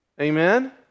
Amen